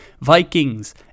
Vikings